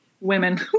women